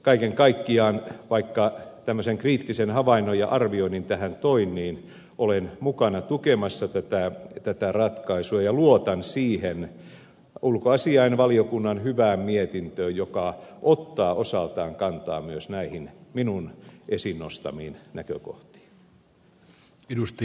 kaiken kaikkiaan vaikka tämmöisen kriittisen havainnon ja arvioinnin tähän toin olen mukana tukemassa tätä ratkaisua ja luotan siihen ulkoasiainvaliokunnan hyvään mietintöön joka ottaa osaltaan kantaa myös näihin minun esiin nostamiini näkökohtiin